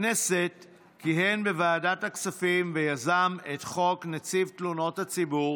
בכנסת כיהן בוועדת הכספים ויזם את חוק נציב תלונות הציבור